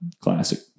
Classic